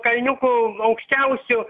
kalniukų aukščiausių